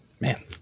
Man